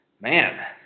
Man